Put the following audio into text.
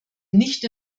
nicht